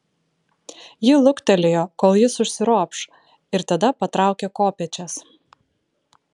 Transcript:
ji luktelėjo kol jis užsiropš ir tada patraukė kopėčias